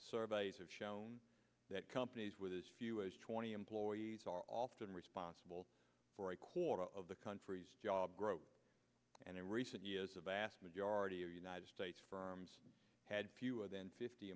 surveys have shown that companies with as few as twenty employees are often responsible for a quarter of the country's job growth and in recent years a vast majority of united states firms had fewer than fifty